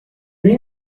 lui